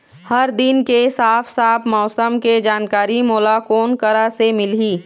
हर दिन के साफ साफ मौसम के जानकारी मोला कोन करा से मिलही?